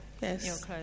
Yes